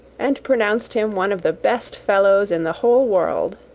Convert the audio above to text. and pronounced him one of the best fellows in the whole world.